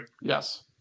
Yes